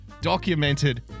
documented